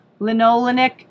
linolenic